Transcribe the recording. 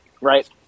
right